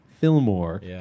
Fillmore